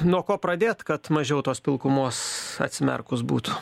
nuo ko pradėt kad mažiau tos pilkumos atsimerkus būtų